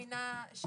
לא רופא שמינה,